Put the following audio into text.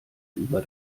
über